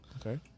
Okay